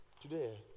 Today